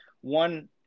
one